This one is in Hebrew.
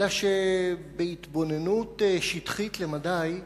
אלא שבהתבוננות שטחית למדי,